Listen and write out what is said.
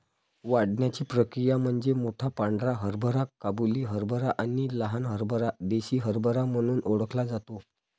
वाढण्याची प्रक्रिया म्हणजे मोठा पांढरा हरभरा काबुली हरभरा आणि लहान हरभरा देसी हरभरा म्हणून ओळखला जातो